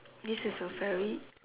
this is a very